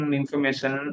information